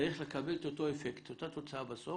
צריך לקבל את אותו אפקט, את אותה תוצאה בסוף.